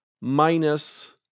minus